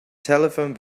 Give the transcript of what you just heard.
telephone